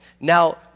Now